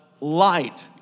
light